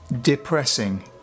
depressing